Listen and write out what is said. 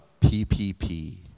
PPP